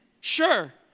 Sure